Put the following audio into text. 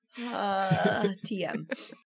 TM